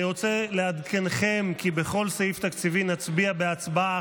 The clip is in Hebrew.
אני רוצה לעדכנכם כי בכל סעיף תקציבי נצביע בהצבעה